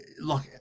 Look